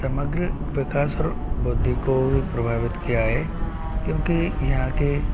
समग्र विकास और वृद्धि को भी प्रभावित किया है क्योंकि यहाँ के